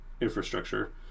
infrastructure